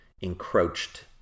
encroached